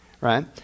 Right